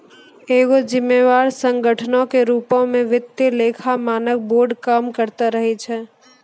एगो जिम्मेवार संगठनो के रुपो मे वित्तीय लेखा मानक बोर्ड काम करते रहै छै